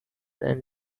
and